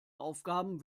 aufgaben